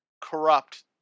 corrupt